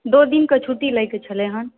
दू दिनके छुट्टी लै के छलै हन